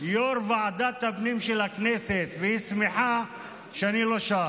יו"ר ועדת הפנים של הכנסת, והיא שמחה שאני לא שם.